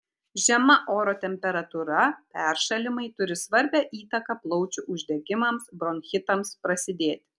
žema oro temperatūra peršalimai turi svarbią įtaką plaučių uždegimams bronchitams prasidėti